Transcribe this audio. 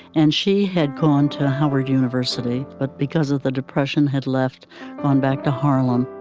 and she had gone to howard university but because of the depression had left on back to harlem,